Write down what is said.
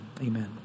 Amen